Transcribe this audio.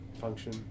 function